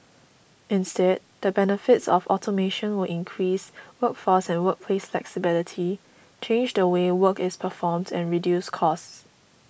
instead the benefits of automation will increase workforce and workplace flexibility change the way work is performed and reduce costs